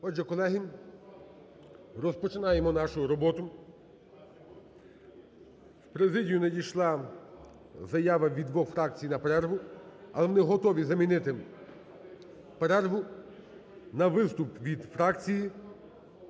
Отже, колеги, розпочинаємо нашу роботу. В президію надійшла заява від двох фракцій на перерву, але вони готові замінити перерву на виступ від фракції.